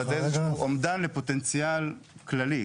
כך שמדובר באומדן לפוטנציאל כללי.